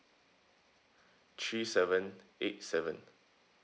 three seven eight seven